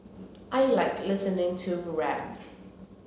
I like listening to rap